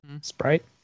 Sprite